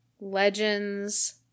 legends